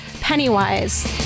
Pennywise